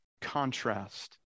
contrast